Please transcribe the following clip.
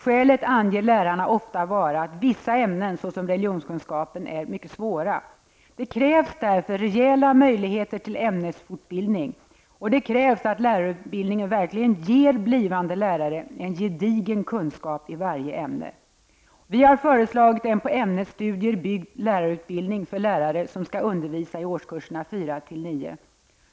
Skälet anger lärarna ofta var att vissa ämnen, såsom religionskunskapen, är mycket svåra. Det krävs därför rejäla möjligheter till ämnesfortbildning och att lärarutbildningen verkligen ger blivande lärare en gedigen kunskap i varje ämne. Vi har föreslagit en på ämnesstudier byggd lärarutbildning för lärare som skall undervisa i årskurserna 4--9.